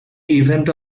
event